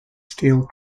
steel